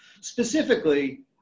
Specifically